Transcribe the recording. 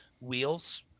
wheels